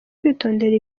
kwitondera